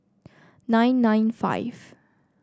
nine nine five